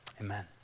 amen